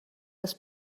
das